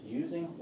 using